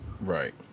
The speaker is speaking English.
Right